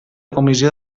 comissió